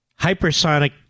hypersonic